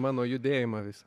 mano judėjimą visą